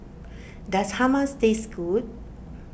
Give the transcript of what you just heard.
does Hummus taste good